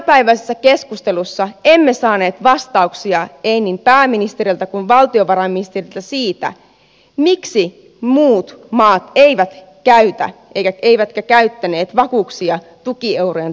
tämänpäiväisessä keskustelussa emme saaneet vastauksia pääministeriltä emmekä valtiovarainministeriltä siitä miksi muut maat eivät käytä eivätkä käyttäneet vakuuksia tukieurojen turvaamiseen